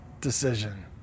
decision